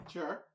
Sure